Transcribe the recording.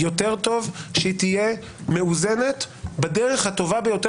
יותר טוב שהיא תהיה מאוזנת בדרך הטובה ביותר